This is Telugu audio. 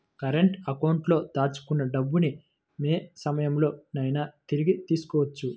కరెంట్ అకౌంట్లో దాచుకున్న డబ్బుని యే సమయంలోనైనా తిరిగి తీసుకోవచ్చు